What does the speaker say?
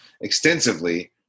extensively